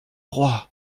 roi